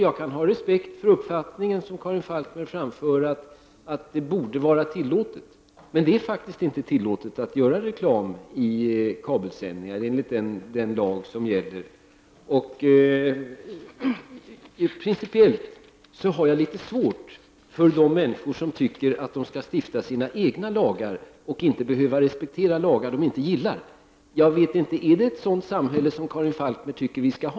Jag kan ha respekt för den uppfattning som Karin Falkmer framför, att det borde vara tillåtet — men det är faktiskt inte tillåtet att göra reklam i kabelsändningar enligt den lag som gäller. Principiellt har jag litet svårt för de människor som inte respekterar lagar som de inte gillar och som tycker att de kan stifta sina egna lagar. Är det ett sådant samhälle som Karin Falkmer tycker att vi skall ha?